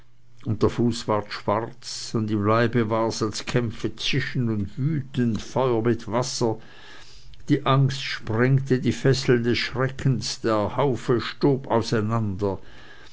und der fuß ward schwarz und im leibe war's als kämpfe zischend und wütend feuer mit wasser die angst sprengte die fesseln des schreckens der haufe stob auseinander